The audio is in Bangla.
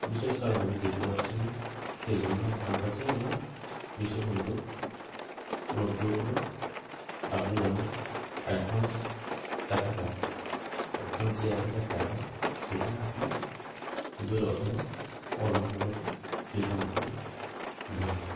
বিশেষ কারণে আমি যেতে পারছি না সেই জন্য আপনার কাছে আমার বিশেষ অনুরোধ অনুগ্রহ করে আপনি আমার অ্যাডভান্স টাকাটা অ্যাডভান্স যে এক হাজার টাকা সেটা আপনি উবের অথবা ওলা ওয়ালেটে রিফান্ড করবেন ধন্যবাদ